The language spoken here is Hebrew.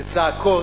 זה צעקות,